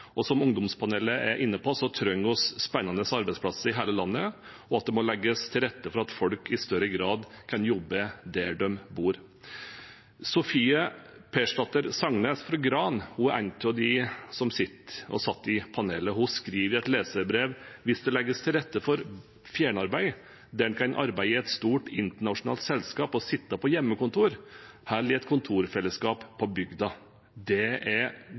og som ungdomspanelet er inne på, trenger vi spennende arbeidsplasser i hele landet, og det må legges til rette for at folk i større grad kan jobbe der de bor. Sofie Persdatter Sangnæs fra Gran var en av dem som satt i panelet. Hun skriver i et leserbrev: «Hvis det legges bedre til rette for fjernarbeid, kan man arbeide i et stort, internasjonalt selskap og sitte på hjemmekontor eller i et kontorfellesskap på bygda.» Det er